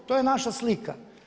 To je naša slika.